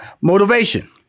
Motivation